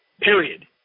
Period